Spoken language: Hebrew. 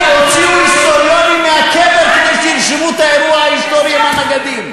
הוציאו היסטוריונים מהקבר כדי שתרשמו את האירוע ההיסטורי על הנגדים.